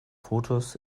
fotos